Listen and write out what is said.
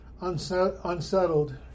unsettled